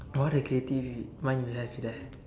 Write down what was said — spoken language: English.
what a creative mind you have there